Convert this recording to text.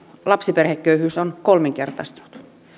lapsiperheköyhyys on kolminkertaistunut